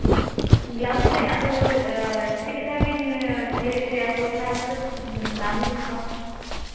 blouse ᱨᱮ ᱟᱫᱚ ᱪᱮᱫ ᱞᱮᱠᱟ ᱵᱤᱱ ᱥᱤᱞᱟᱭ ᱦᱚᱪᱚᱭᱟ ᱛᱚ ᱚᱱᱟ ᱦᱤᱥᱟᱹᱵᱽ ᱫᱟᱢ ᱞᱤᱧ ᱦᱟᱛᱟᱣᱟ